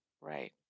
Right